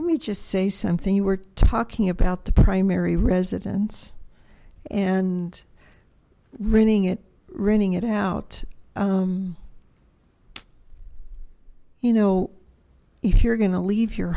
let me just say something you were talking about the primary residence and renting it renting it out you know if you're gonna leave your